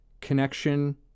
connection